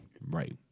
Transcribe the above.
Right